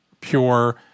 pure